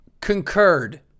Concurred